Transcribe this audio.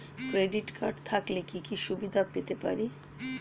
Credit card থাকলে কি কি সুবিধা পেতে পারি?